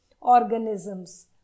organisms